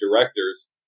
directors